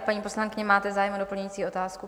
Paní poslankyně, máte zájem o doplňující otázku?